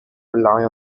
rely